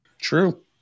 True